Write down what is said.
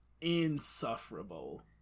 insufferable